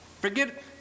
Forget